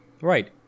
right